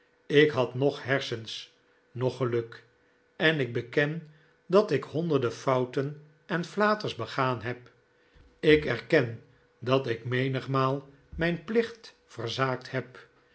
ik had noch hersens noch geluk en ik beken dat ik honderden fouten en flaters begaan heb ik erken dat ik menigmaal mijn plicht verzaakt heb